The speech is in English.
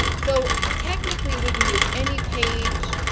so, technically, we can use any page,